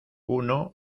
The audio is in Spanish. uno